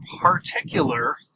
particular